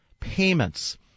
payments